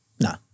no